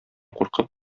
куркып